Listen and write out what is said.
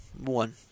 one